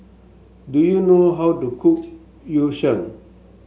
do you know how to cook Yu Sheng